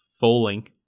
falling